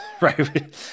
right